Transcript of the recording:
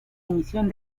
emisión